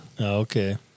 Okay